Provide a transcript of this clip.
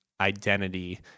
identity